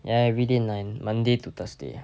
ya everyday nine monday to thursday